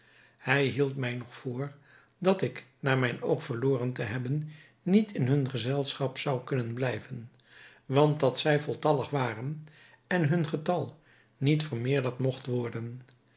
hij hield mij nog voor dat ik na mijn oog verloren te hebben niet in hun gezelschap zou kunnen blijven want dat zij voltallig waren en hun getal niet vermeerderd mogt worden